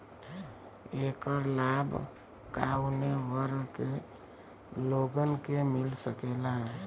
ऐकर लाभ काउने वर्ग के लोगन के मिल सकेला?